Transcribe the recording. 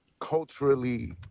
culturally